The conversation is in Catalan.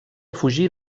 fugir